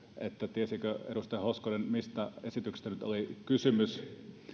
tiesikö edustaja hoskonen mistä esityksestä nyt oli kysymys